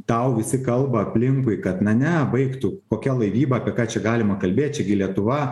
tau visi kalba aplinkui kad na ne baik tu kokia laivyba apie ką čia galima kalbėt čia gi lietuva